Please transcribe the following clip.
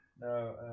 No